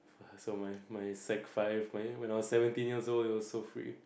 so my my Sec five my when I was seventeen years old it was so free